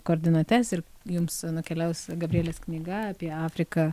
koordinates ir jums nukeliaus gabrielės knyga apie afriką